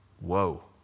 Whoa